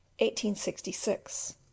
1866